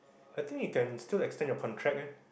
I think you can still extend your contract eh